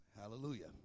Hallelujah